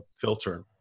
filter